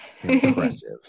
impressive